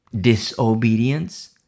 disobedience